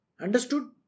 Understood